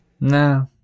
No